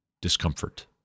discomfort